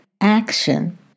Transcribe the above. action